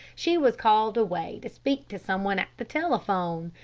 she was called away to speak to some one at the telephone.